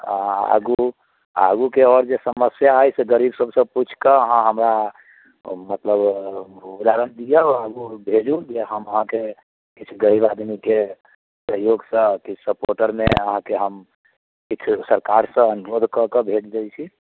आगू आगूके आओर जे समस्या अइ से गरीब सबसँ पूछि कऽ आहाँ हमरा मतलब उदाहरण दिअ मीडिया बलामे भेजू जे हम अहाँकेँ किछु गरीब आदमीके सहयोगसँ किछु सपोटरमे अहाँकेँ हम किछु सरकारसँ अनुरोध कऽ कऽ भेज दइ छी